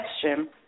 question